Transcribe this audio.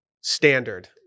standard